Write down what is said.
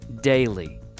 daily